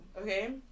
okay